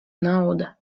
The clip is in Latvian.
nauda